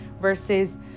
versus